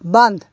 بنٛد